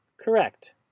correct